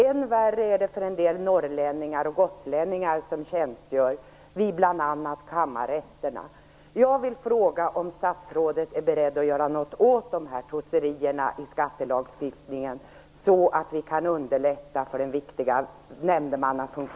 Än värre är det för en del norrlänningar och gotlänningar som tjänstgör vid bl.a.